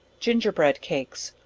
gingerbread cakes,